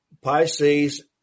pisces